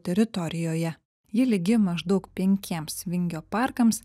teritorijoje ji lygi maždaug penkiems vingio parkams